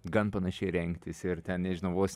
gan panašiai rengtis ir ten nežinau vos